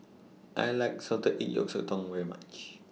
I like Salted Egg Sotong very much